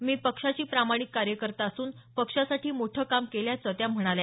मी पक्षाची प्रामाणिक कार्यकर्ता असून पक्षासाठी मोठं काम केल्याचं त्या म्हणाल्या